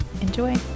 enjoy